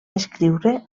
escriure